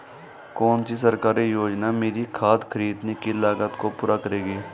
कौन सी सरकारी योजना मेरी खाद खरीदने की लागत को पूरा करेगी?